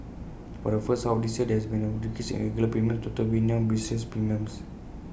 for the first half of this year there has been A decrease in regular premiums total weighed new business premiums